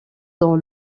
dans